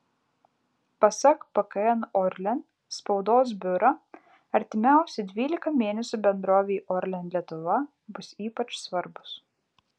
pasak pkn orlen spaudos biuro artimiausi dvylika mėnesių bendrovei orlen lietuva bus ypač svarbūs